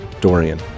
Dorian